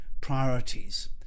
priorities